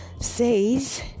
says